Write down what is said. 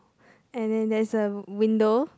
and then there is a w~ window